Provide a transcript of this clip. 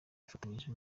dufatanyije